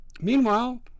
Meanwhile